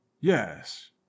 Yes